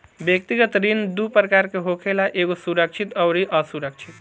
व्यक्तिगत ऋण दू प्रकार के होखेला एगो सुरक्षित अउरी असुरक्षित